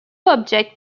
object